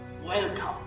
Welcome